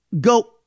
go